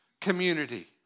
community